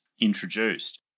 introduced